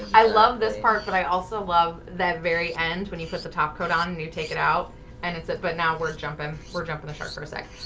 i love this part but i also love that very end when you put the top coat on and you take it out and it's it but now worth jumping we're jumping the shark for a second.